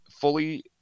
fully